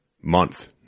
month